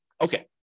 Okay